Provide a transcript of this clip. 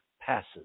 passes